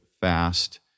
fast